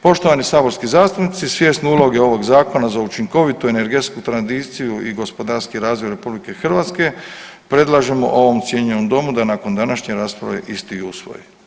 Poštovani saborski zastupnici, svjesni uloge ovog Zakona za učinkovitu energetsku tranziciju i gospodarski razvoj RH predlažemo ovom cijenjenom domu da nakon današnje rasprave isti i usvoji.